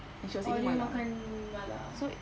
and she was eating mala so